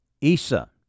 Isa